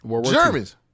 Germans